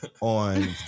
on